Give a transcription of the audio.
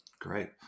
Great